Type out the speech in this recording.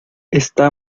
está